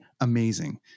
amazing